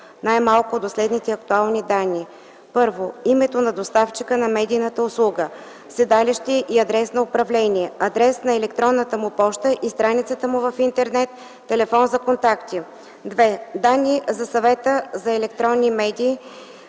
най-малко до следните актуални данни: 1. името на доставчика на медийната услуга, седалище и адрес на управление, адрес на електронната му поща и страницата му в интернет, телефон за контакти; 2. данни за Съвета за електронни медии,